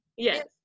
yes